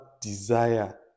desire